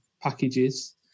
packages